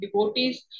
devotees